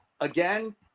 again